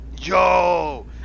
Yo